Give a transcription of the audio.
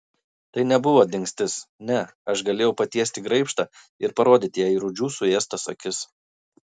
tai nebuvo dingstis ne aš galėjau patiesti graibštą ir parodyti jai rūdžių suėstas akis